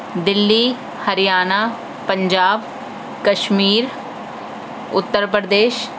Delhi Haryana Punjab Kashmir Uttar Pradesh